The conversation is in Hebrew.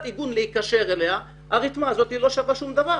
עיגן להיקשר אליה הרתמה וזהו לא שווה שום דבר.